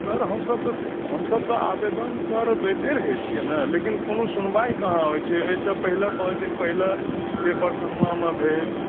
sir हमसभ तऽ आवेदन सर दैते रहैत छियै ने लेकिन कोनो सुनवाहि कहाँ होइत छै एहिसँ पहिले पाँच दिन पहिले छियै परसरमामे भेल